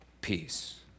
peace